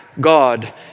God